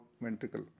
ventricle